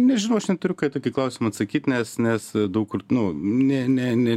nežinau aš neturiu ką į tokį klausimą atsakyt nes nes daug kur nu ne ne ne